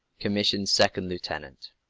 commissioned second-lieutenant.